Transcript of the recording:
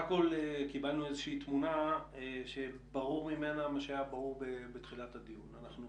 קיבלנו תמונה שברור ממנה מה שהיה ברור כבר בתחילתו של הדיון: אנחנו